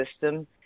system